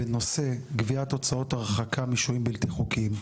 בנושא גביית הוצאות הרחקה משוהים בלתי חוקיים.